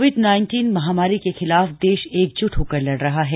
Covid महामारी के खिलाफ देश एकजुट होकर लड़ रहा है